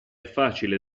facile